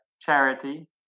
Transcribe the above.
charity